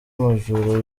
umujura